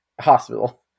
hospital